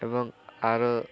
ଏବଂ ଆର